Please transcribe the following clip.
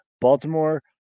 Baltimore